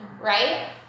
right